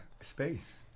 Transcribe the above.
Space